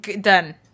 Done